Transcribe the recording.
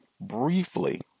briefly